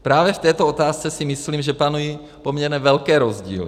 Právě v této otázce si myslím, že panují poměrně velké rozdíly.